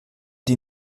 die